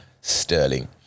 Sterling